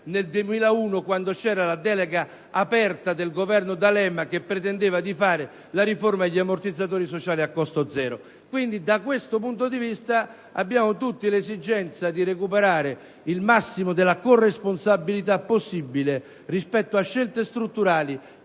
nel 2001, quando vi era la delega aperta del Governo D'Alema che pretendeva di fare la riforma degli ammortizzatori sociali a costo zero. Avvertiamo tutti l'esigenza di recuperare il massimo di corresponsabilità possibile rispetto a scelte strutturali